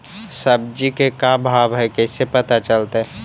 सब्जी के का भाव है कैसे पता चलतै?